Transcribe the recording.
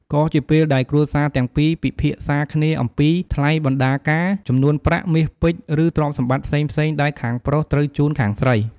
ក៏ជាពេលដែលគ្រួសារទាំងពីរពិភាក្សាគ្នាអំពី ថ្លៃបណ្ណាការ ចំនួនប្រាក់ មាសពេជ្រ ឬទ្រព្យសម្បត្តិផ្សេងៗដែលខាងប្រុសត្រូវជូនខាងស្រី។